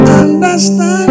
understand